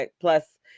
plus